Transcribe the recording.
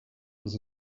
dass